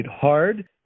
hard